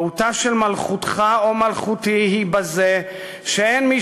מהותה של מלכותך או מלכותי היא בזה שאין מי